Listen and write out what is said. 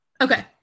okay